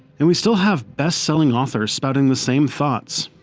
and we still have best selling authors spouting the same thoughts.